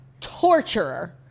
Torturer